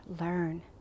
learn